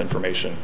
information